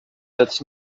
that’s